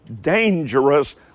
Dangerous